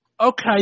okay